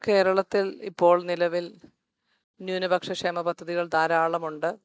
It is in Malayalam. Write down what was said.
കേരളത്തിൽ ഇപ്പോൾ നിലവിൽ ന്യൂനപക്ഷ ക്ഷേമ പദ്ധതികൾ ധാരാളമുണ്ട്